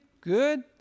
good